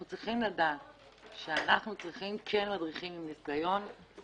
אנחנו צריכים מדריכים עם ניסיון,